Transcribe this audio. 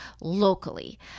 locally